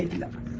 eleven,